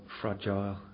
fragile